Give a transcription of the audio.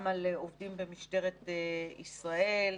על עובדים במשטרת ישראל,